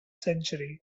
century